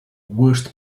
worst